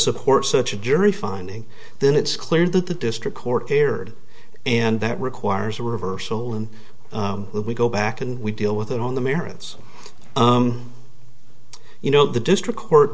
support such a jury finding then it's clear that the district court teared and that requires a reversal and we go back and we deal with it on the merits you know the district court